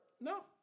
No